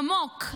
עמוק,